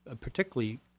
particularly